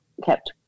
kept